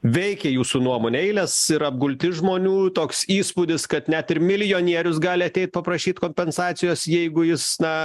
veikia jūsų nuomonė eilės ir apgultis žmonių toks įspūdis kad net ir milijonierius gali ateit paprašyt kompensacijos jeigu jis na